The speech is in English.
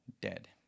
dead